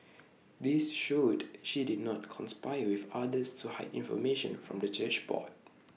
this showed she did not conspire with others to hide information from the church board